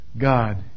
God